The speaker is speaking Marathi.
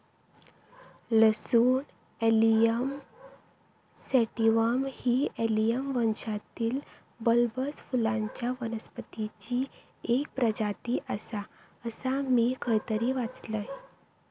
लसूण एलियम सैटिवम ही एलियम वंशातील बल्बस फुलांच्या वनस्पतीची एक प्रजाती आसा, असा मी खयतरी वाचलंय